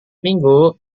minggu